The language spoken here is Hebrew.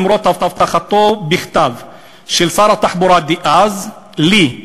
למרות הבטחתו בכתב של שר התחבורה דאז לי,